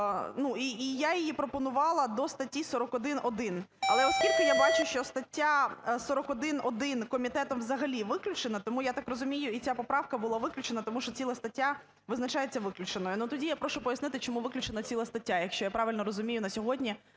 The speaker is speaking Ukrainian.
І я її пропонувала до статті 41-1. Але оскільки я бачу, що стаття 41-1 комітетом взагалі виключена, тому, я так розумію, і ця поправка була виключена, тому що ціла стаття визначається виключеною. Тоді я прошу пояснити, чому виключена ціла стаття, якщо я правильно розумію на сьогодні